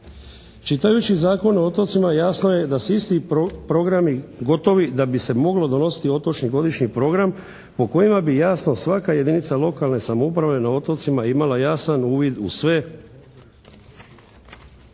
Čitajući Zakon o otocima jasno je da su isti programi gotovi da bi se mogao donositi otočni godišnji program po kojima bi jasno svaka jedinica lokalne samouprave na otocima imala jasan uvid u sve